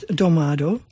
domado